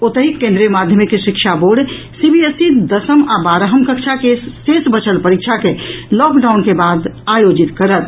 ओतहि केन्द्रीय माध्यमिक शिक्षा बोर्ड सीबीएसई दसम आ बारहम कक्षा के शेष बचल परीक्षा के लॉकडाउन के बाद आयोजित करत